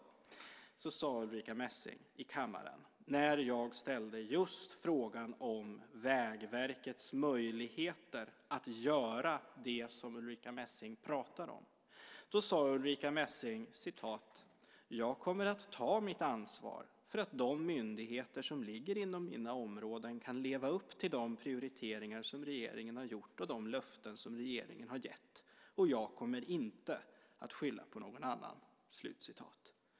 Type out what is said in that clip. Den 26 januari sade Ulrica Messing i kammaren, när jag ställde just frågan om Vägverkets möjligheter att göra det som Ulrica Messing pratar om: "Jag kommer att ta mitt ansvar för att de myndigheter som ligger inom mina områden kan leva upp till de prioriteringar som regeringen har gjort och de löften som regeringen har gett. Och jag kommer inte att skylla på någon annan."